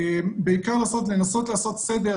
בעיקר לנסות לעשות סדר